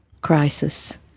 crisis